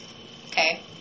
Okay